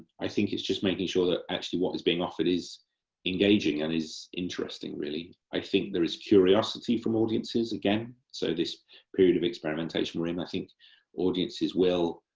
i think it's just making sure that actually what is being offered is engaging and is interesting really. i think there is curiosity from audiences, again, so this period of experimentation we're in, i think audiences will